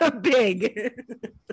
big